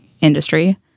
industry